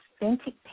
authentic